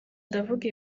ndavuga